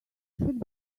should